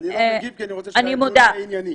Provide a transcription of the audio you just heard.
אני רק אגיד, כי אני רוצה שהדיון יהיה ענייני.